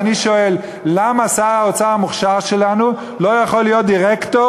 ואני שואל: למה שר האוצר המוכשר שלנו לא יכול להיות דירקטור